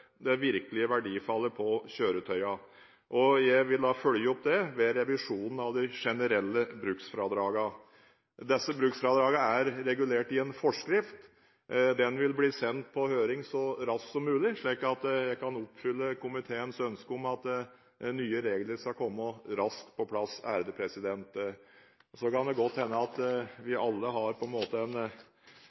det virkelige verdifallet på kjøretøyene, og jeg vil følge opp dette ved revisjonen av de generelle bruksfradragene. Disse bruksfradragene er regulert i en forskrift. Den vil bli sendt på høring så raskt som mulig, slik at jeg kan oppfylle komiteens ønske om at nye regler skal komme raskt på plass. Så kan det godt hende at vi alle har en hemmelig drøm om å gjenanskaffe ungdommens gode biler. For undertegnede ville det betydd en